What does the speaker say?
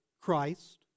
Christ